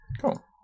Cool